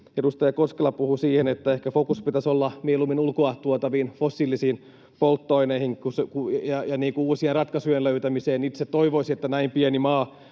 edustaja Koskela puhui, ehkä fokus pitäisi olla mieluummin ulkoa tuotaviin fossiilisiin polttoaineisiin ja uusien ratkaisujen löytämiseen. Itse toivoisin, että näin pieni maa